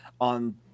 on